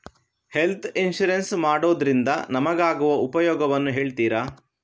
Health insurance ಮಾಡೋದ್ರಿಂದ ನಮಗಾಗುವ ಉಪಯೋಗವನ್ನು ಹೇಳ್ತೀರಾ?